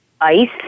ice